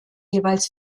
jeweils